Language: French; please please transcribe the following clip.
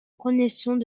connaissons